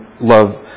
love